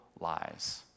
lies